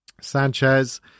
Sanchez